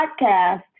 podcast